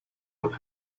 with